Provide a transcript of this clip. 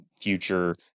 future